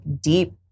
deep